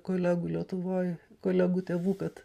kolegų lietuvoj kolegų tėvų kad